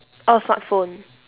oh smartphone